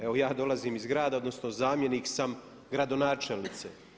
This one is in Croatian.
Evo ja dolazim iz grada, odnosno zamjenik sam gradonačelnice.